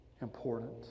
important